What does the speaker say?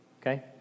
Okay